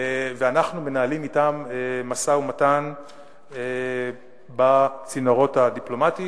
ואנחנו מנהלים אתם משא-ומתן בצינורות הדיפלומטיים.